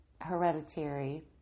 hereditary